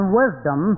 wisdom